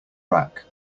rack